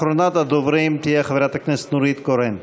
אחרונת הדוברים תהיה חברת הכנסת נורית קורן.